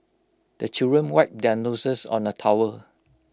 the children wipe their noses on the towel